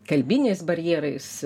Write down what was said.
kalbiniais barjerais